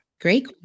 Great